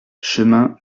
chemin